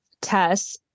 tess